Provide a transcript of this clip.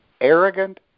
arrogant